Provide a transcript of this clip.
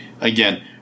again